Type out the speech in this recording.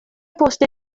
poste